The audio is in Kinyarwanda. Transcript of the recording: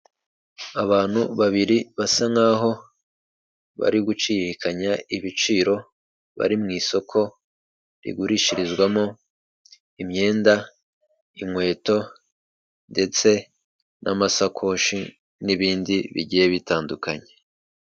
Abantu babiri basa nkaho bari guciririkanya ibiciro, bari mu isoko rigurishirizwamo imyenda, inkweto ndetse n'amasakoshi n'ibindi bigiye bitandukanye.